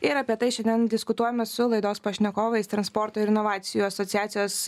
ir apie tai šiandien diskutuojame su laidos pašnekovais transporto ir inovacijų asociacijos